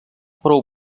prou